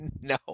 No